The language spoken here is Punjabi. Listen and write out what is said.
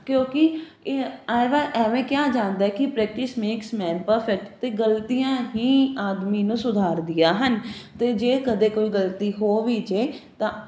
ਕਿਉਂਕਿ ਐਵਾ ਐਵੇਂ ਕਿਹਾ ਜਾਂਦਾ ਕੀ ਪ੍ਰੈਕਟਿਸ ਮੇਕਸ ਮੈਨ ਪਰਫੈਕਟ ਤੇ ਗਲਤੀਆਂ ਹੀ ਆਦਮੀ ਨੂੰ ਸੁਧਾਰ ਦੀਆ ਹਨ ਤੇ ਜੇ ਕਦੇ ਕੋਈ ਗਲਤੀ ਹੋ ਵੀ ਜੇ ਤਾਂ